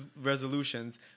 resolutions